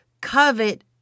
covet